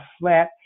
flat